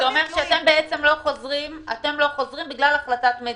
זה אומר שאתם לא חוזרים בגלל החלטת מדינה.